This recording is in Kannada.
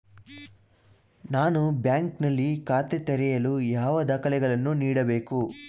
ನಾನು ಬ್ಯಾಂಕ್ ನಲ್ಲಿ ಖಾತೆ ತೆರೆಯಲು ಯಾವ ದಾಖಲೆಗಳನ್ನು ನೀಡಬೇಕು?